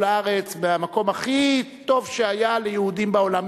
לארץ מהמקום הכי טוב שהיה ליהודים בעולם,